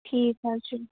ٹھیٖک حظ چھُ